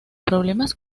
problemas